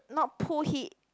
not